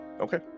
Okay